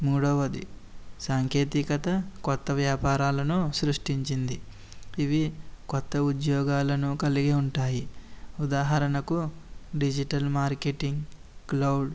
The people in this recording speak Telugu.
మూడవది సాంకేతికత కొత్త వ్యాపారాలను సృష్టించింది ఇది కొత్త ఉద్యోగాలను కలిగి ఉంటాయి ఉదాహరణకు డిజిటల్ మార్కెటింగ్ క్లౌడ్